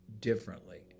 differently